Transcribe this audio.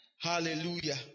Hallelujah